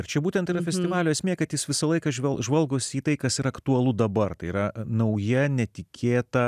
ir čia būtent yra festivalio esmė kad jis visą laiką žvelk žvalgosi į tai kas aktualu dabar tai yra nauja netikėta